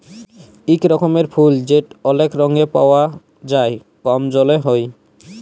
ইক রকমের ফুল যেট অলেক রঙে পাউয়া যায় কম জলে হ্যয়